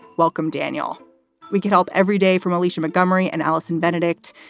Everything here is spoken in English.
welcome, daniel we can help everyday from alicia montgomery and allison benedikt.